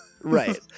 Right